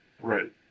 Right